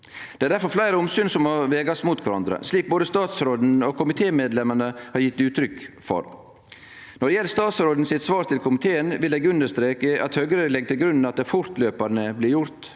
Det er difor fleire omsyn som må vegast mot kvarandre, slik både statsråden og komitémedlemene har gjeve uttrykk for. Når det gjeld statsråden sitt svar til komiteen, vil eg understreke at Høgre legg til grunn at det fortløpande blir gjort